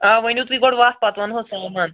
آ ؤنِو تُہۍ گۄڈٕ وَتھ پَتہٕ وَنہو سامان